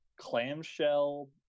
clamshell